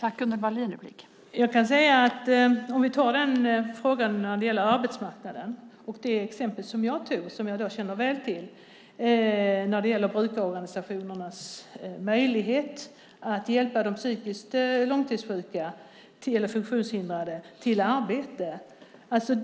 Fru talman! Vi kan ta frågan om arbetsmarknaden och det exempel som jag gav som jag väl känner till när det gäller brukarorganisationernas möjlighet att hjälpa de psykiskt långtidssjuka och funktionshindrade till arbete.